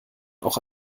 auch